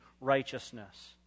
righteousness